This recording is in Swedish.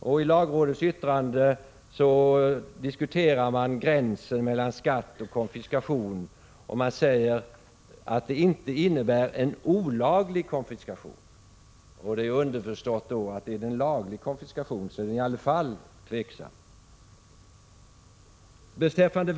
Av lagrådets yttrande framgår att man diskuterar var gränsen mellan skatt och konfiskation skall dras. Man säger att detta inte innebär en olaglig konfiskation — det underförstås alltså att konfiskationen är tveksam, även om den är laglig.